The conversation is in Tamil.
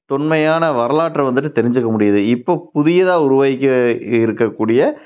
தொன்மையான வரலாற்ற வந்துவிட்டு தெரிஞ்சுக்க முடியுது இப்போ புதியதாக உருவாக்கிய இருக்கக்கூடிய